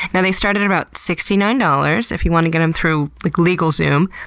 and they start at about sixty nine dollars if you want to get them through like legalzoom,